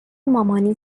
مامانی